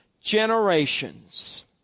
generations